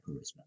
charisma